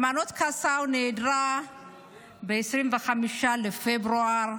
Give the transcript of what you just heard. היימנוט קסאו נעדרת מ-25 בפברואר,